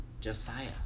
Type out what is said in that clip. josiah